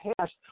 past